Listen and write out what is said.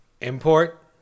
Import